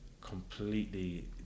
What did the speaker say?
completely